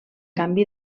canvi